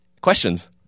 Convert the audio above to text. Questions